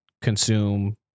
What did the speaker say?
consume